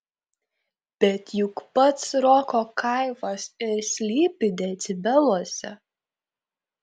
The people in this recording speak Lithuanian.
bet juk pats roko kaifas ir slypi decibeluose